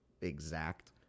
exact